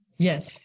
Yes